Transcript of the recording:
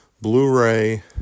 Blu-ray